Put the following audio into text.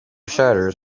shutters